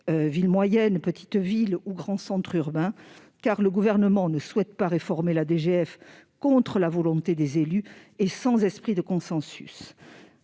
villes moyennes, petites villes ou grands centres urbains -, car le Gouvernement ne souhaite pas réformer la DGF contre la volonté des élus et sans esprit de consensus.